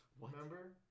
remember